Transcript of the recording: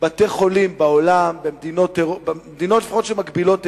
לבתי-חולים בעולם, לפחות במדינות שמקבילות אלינו,